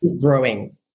growing